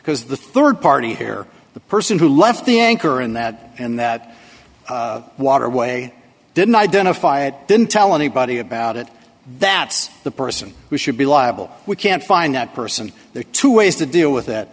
because the rd party here the person who left the anchor in that and that waterway didn't identify it didn't tell anybody about it that's the person who should be liable we can't find that person there are two ways to deal with it